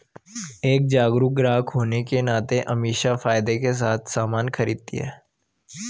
एक जागरूक ग्राहक होने के नाते अमीषा फायदे के साथ सामान खरीदती है